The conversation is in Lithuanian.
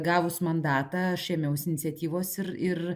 gavus mandatą aš ėmiausi iniciatyvos ir ir